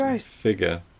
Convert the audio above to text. figure